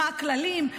מה הכללים,